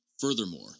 Furthermore